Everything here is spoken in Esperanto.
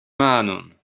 manon